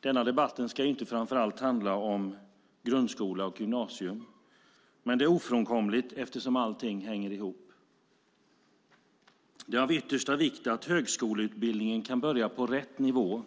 Denna debatt ska inte framför allt handla om grundskola och gymnasium, men det är ofrånkomligt eftersom allt hänger ihop. Det är av yttersta vikt att högskoleutbildningen kan börja på rätt nivå.